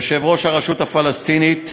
יושב-ראש הרשות הפלסטינית,